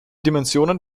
dimensionen